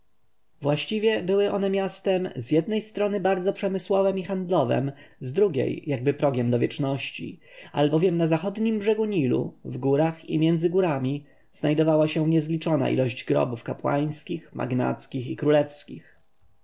właściwie były one miastem z jednej strony bardzo przemysłowem i handlowem z drugiej jakby progiem do wieczności albowiem na zachodnim brzegu nilu w górach i między górami znajdowała się niezliczona ilość grobów kapłańskich magnackich i królewskich